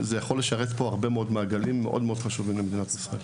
זה יכול לשרת גם עוד מעגלים שהם מאוד-מאוד חשובים למדינת ישראל.